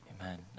amen